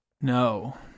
No